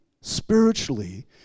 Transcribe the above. spiritually